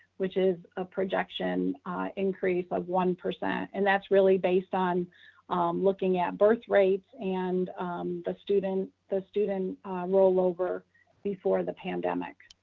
which is a projection increase of one. and that's really based on looking at birth rates and the student the student rollover before the pandemic.